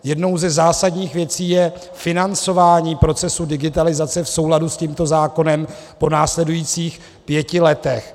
Jednou ze zásadních věcí je financování procesu digitalizace v souladu s tímto zákonem po následujících pěti letech.